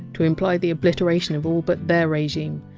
to imply the obliteration of all but their regime,